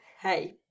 hey